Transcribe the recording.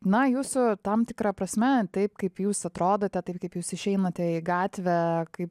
na jūsų tam tikra prasme taip kaip jūs atrodote taip kaip jūs išeinate į gatvę kaip